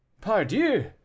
Pardieu